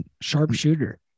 sharpshooter